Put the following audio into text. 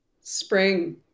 spring